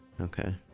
Okay